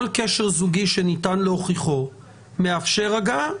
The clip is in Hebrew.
קשר זוגי שניתן להוכיחו מאפשר הגעה.